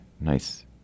nice